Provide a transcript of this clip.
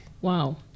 Wow